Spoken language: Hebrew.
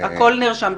--- הכול נרשם.